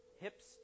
hips